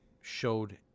showed